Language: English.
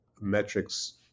metrics